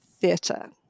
theatre